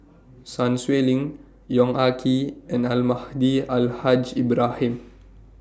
Sun Xueling Yong Ah Kee and Almahdi Al Haj Ibrahim